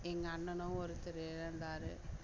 எங்கள் அண்ணனும் ஒருத்தர் இறந்தாரு